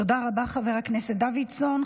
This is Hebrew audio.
תודה רבה, חבר הכנסת דוידסון.